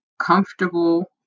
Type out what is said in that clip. comfortable